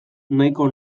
nahiko